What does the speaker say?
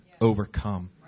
overcome